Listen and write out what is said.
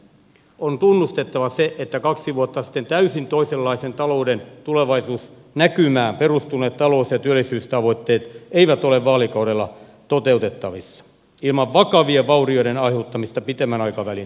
on tunnustettava se että kaksi vuotta sitten täysin toisenlaiseen talouden tulevaisuusnäkymään perustuneet talous ja työllisyystavoitteet eivät ole vaalikaudella toteutettavissa ilman vakavien vaurioiden aiheuttamista pidemmän aikavälin kehitykselle